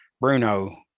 Bruno